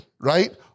right